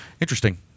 interesting